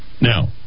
Now